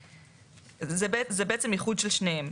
זה בעצם איחוד של שניהם.